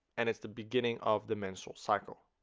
and it's the beginning of the menstrual cycle